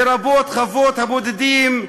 לרבות חוות הבודדים,